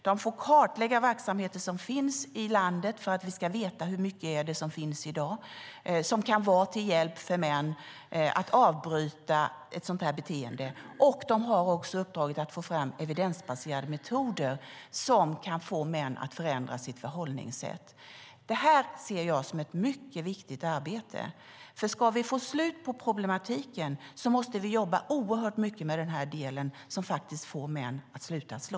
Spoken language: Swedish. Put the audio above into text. Man får kartlägga verksamheter som finns i landet för att vi ska veta hur mycket som finns i dag som kan vara till hjälp för män att bryta ett sådant här beteende. Man har också uppdraget att få fram evidensbaserade metoder som kan få män att förändra sitt förhållningssätt. Det här ser jag som ett mycket viktigt arbete. Ska vi få slut på problematiken måste vi nämligen jobba oerhört mycket med den del som handlar om att få män att sluta slå.